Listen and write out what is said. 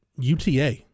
UTA